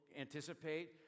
anticipate